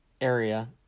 area